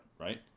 right